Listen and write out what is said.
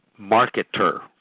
Marketer